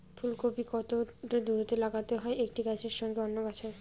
ফুলকপি কতটা দূরত্বে লাগাতে হয় একটি গাছের সঙ্গে অন্য গাছের?